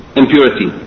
impurity